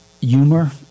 humor